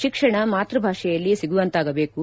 ಶಿಕ್ಷಣ ಮಾತ್ಯಭಾಷೆಯಲ್ಲಿ ಸಿಗುವಂತಾಗಬೇಕು